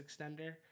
extender